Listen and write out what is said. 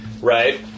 Right